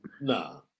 nah